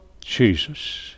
Jesus